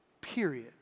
period